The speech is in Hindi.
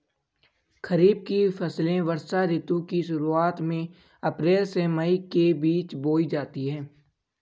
खरीफ की फसलें वर्षा ऋतु की शुरुआत में, अप्रैल से मई के बीच बोई जाती हैं